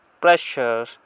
pressure